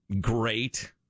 Great